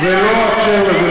ולא אאפשר לזה.